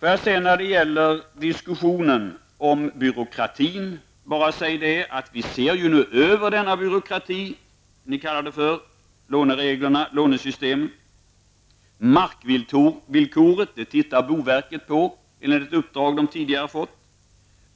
Får jag beträffande diskussionen om byråkrati, bara säga att vi nu ser över denna byråkrati som ni kallar lånereglerna och lånesystemet. Markvillkoret tittar boverket på, enligt det uppdrag som verket tidigare fått.